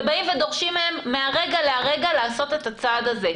ודורשים מהם מהרגע להרגע לעשות את הצעד הזה.